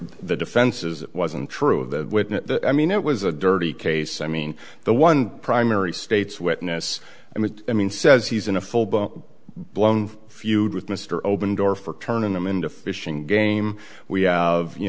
the defense is it wasn't true of the witness i mean it was a dirty case i mean the one primary state's witness i mean i mean says he's in a full blown feud with mr open door for turning them into fishing game we have you